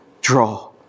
draw